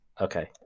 Okay